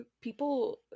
people